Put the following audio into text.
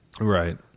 Right